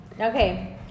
Okay